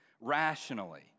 rationally